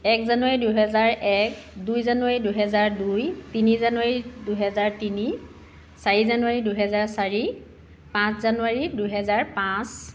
এক জানুৱাৰী দুহেজাৰ এক দুই জানুৱাৰী দুহেজাৰ দুই তিনি জানুৱাৰী দুহেজাৰ তিনি চাৰি জানুৱাৰী দুহেজাৰ চাৰি পাঁচ জানুৱাৰী দুহেজাৰ পাঁচ